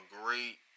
great